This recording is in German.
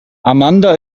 amanda